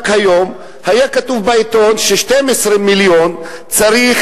רק היום היה כתוב בעיתון ש-12 מיליון צריך